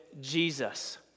Jesus